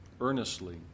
earnestly